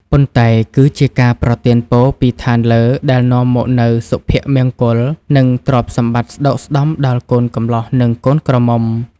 ប៉ុន្តែគឺជាការប្រទានពរពីឋានលើដែលនាំមកនូវសុភមង្គល និងទ្រព្យសម្បត្តិស្តុកស្តម្ភដល់កូនកំលោះ និងកូនក្រមុំ។